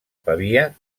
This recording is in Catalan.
pavia